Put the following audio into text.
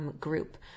group